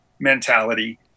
mentality